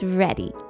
ready